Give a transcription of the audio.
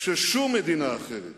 ששום מדינה אחרת